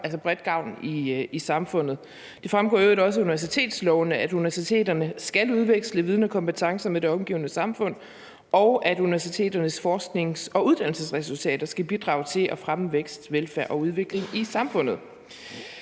gavn bredt i samfundet. Det fremgår i øvrigt også af universitetsloven, at universiteterne skal udveksle viden og kompetencer med det omgivende samfund, og at universiteternes forsknings- og uddannelsesresultater skal bidrage til at fremme vækst, velfærd og udvikling i samfundet.